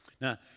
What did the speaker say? Now